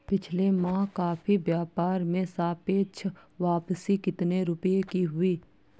पिछले माह कॉफी व्यापार में सापेक्ष वापसी कितने रुपए की हुई?